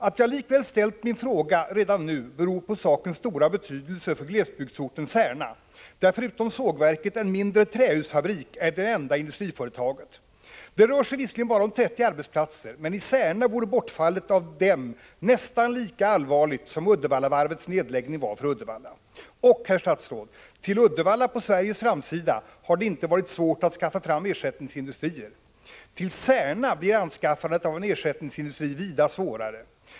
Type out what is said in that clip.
Att jag likväl har ställt min fråga redan nu beror på sakens stora betydelse för glesbygden Särna, där förutom sågverket en mindre trähusfabrik är det enda industriföretaget. Det rör sig visserligen om bara 30 arbetsplatser, men i Särna vore bortfallet av dem nästan lika allvarligt som Uddevallavarvets nedläggning var för Uddevalla. Och herr statsråd: Till Uddevalla på Sveriges framsida har det inte varit svårt att skaffa fram ersättningsindustrier. Till Särna blir anskaffandet av en ersättningsindustri vida svårare.